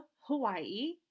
Hawaii